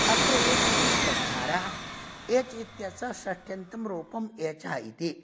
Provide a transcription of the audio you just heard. अत्र एच् इति प्रत्याहारः एच् इत्यस्य षष्ठ्यन्तं रूपं एचः इति